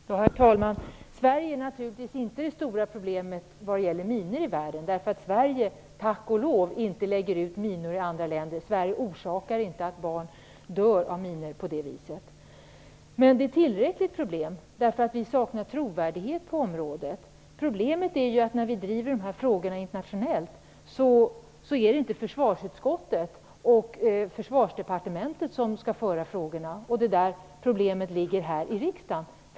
Herr talman! Sverige är naturligtvis inte det stora problemet när det gäller minor i världen. Sverige lägger tack och lov inte ut minor i andra länder. Sverige orsakar inte att barn på det viset dör av minor. Men det är ett tillräckligt stort problem att vi saknar trovärdighet på området. När vi driver de här frågorna internationellt är det inte försvarsutskottet och Försvarsdepartementet som skall föra fram frågorna. Det är där problemet i riksdagen ligger.